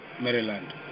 Maryland